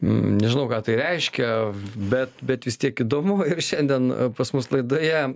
nežinau ką tai reiškia bet bet vis tiek įdomu ir šiandien pas mus laidoje